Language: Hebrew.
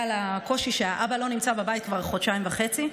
הקושי שהאבא לא נמצא בבית כבר חודשיים וחצי,